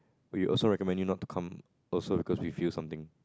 we also recommend you not to come also because we feel something